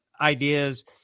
ideas